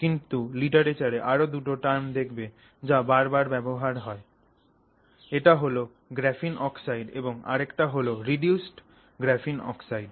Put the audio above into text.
কিন্তু লিটারেচারে আরও দুটো টার্ম দেখবে যা বার বার ব্যবহার করা হয় একটা হল গ্রাফিন অক্সাইড এবং আরেকটা হল রিডিউসড গ্রাফিন অক্সাইড